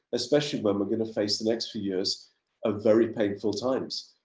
especially when we're going to face the next few years of very painful times.